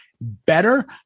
better